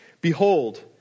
Behold